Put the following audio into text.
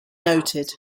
noted